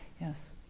Yes